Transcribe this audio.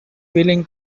willing